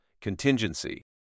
contingency